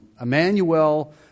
Emmanuel